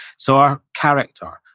so, our character,